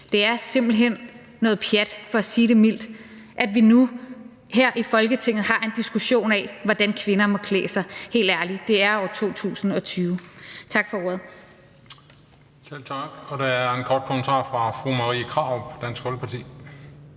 Det er simpelt hen noget pjat for at sige det mildt, at vi nu her i Folketinget har en diskussion om, hvordan kvinder må klæde sig. Helt ærligt, det er år 2020. Tak for ordet.